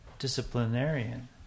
disciplinarian